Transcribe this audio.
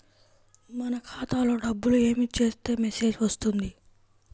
మన ఖాతాలో డబ్బులు ఏమి చేస్తే మెసేజ్ వస్తుంది?